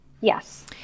Yes